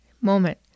moment